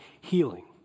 healing